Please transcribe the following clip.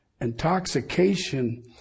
Intoxication